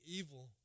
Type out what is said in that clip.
evil